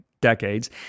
decades